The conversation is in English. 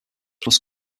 plus